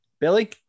Billy